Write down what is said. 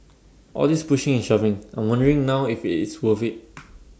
all this pushing and shoving I'm wondering now if IT is worth IT